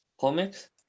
comics